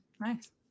Nice